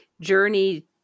journey